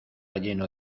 lleno